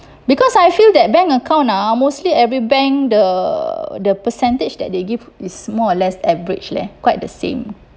because I feel that bank account ah mostly every bank the the percentage that they give is more or less average leh quite the same